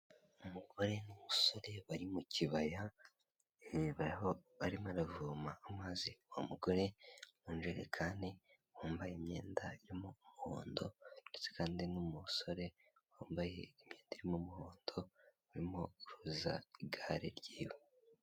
Umugore n'umusore bari mu kibaya barimo baravoma amazi, umugore aravomesha injerekani, wambaye imyenda y'umuhondo kandi n'umusore wambaye imyenda y'umuhondo arimo koza igare ryiwe.